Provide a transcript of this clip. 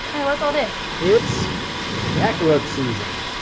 hey, what's all this? it's jackalope season.